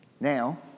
Now